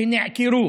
שנעקרו